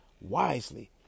wisely